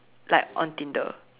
like on tinder